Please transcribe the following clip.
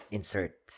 Insert